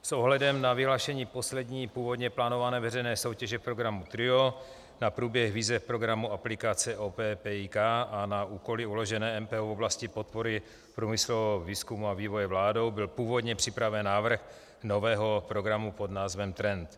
S ohledem na vyhlášení poslední původně plánované veřejné soutěže programu TRIO na průběh výzev programu aplikace OPPIK a na úkoly uložené MPO v oblasti podpory průmyslového výzkumu a vývoje vládou byl původně připraven návrh nového programu pod názvem TREND.